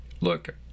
look